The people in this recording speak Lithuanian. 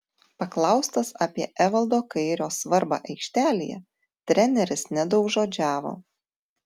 paklaustas apie evaldo kairio svarbą aikštėje treneris nedaugžodžiavo